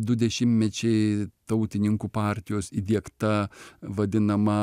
du dešimtmečiai tautininkų partijos įdiegta vadinama